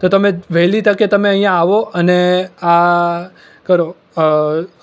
તો તમે વહેલી તકે તમે અહીંયા આવો અને આ કરો